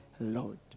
Lord